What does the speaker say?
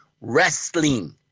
Wrestling